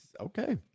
okay